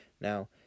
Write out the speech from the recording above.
Now